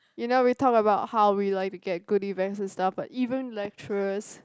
you know we talk about how we like to get goodie bags and stuff but even lecturers